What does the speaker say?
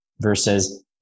versus